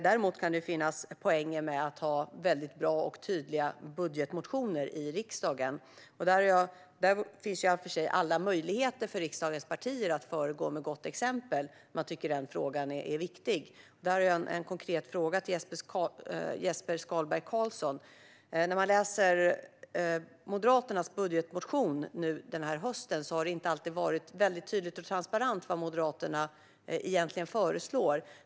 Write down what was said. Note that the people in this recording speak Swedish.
Däremot kan det finnas poänger med att ha väldigt bra och tydliga budgetmotioner i riksdagen, och där finns ju alla möjligheter för riksdagens partier att föregå med gott exempel om man tycker att frågan är viktig. Jag har därför en konkret fråga till Jesper Skalberg Karlsson. I Moderaternas budgetmotion den här hösten har det inte alltid varit tydligt och transparent vad Moderaterna egentligen föreslår.